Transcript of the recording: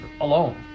alone